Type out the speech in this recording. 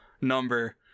number